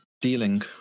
dealing